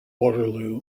waterloo